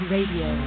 Radio